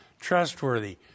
trustworthy